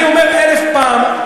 אני אומר אלף פעם,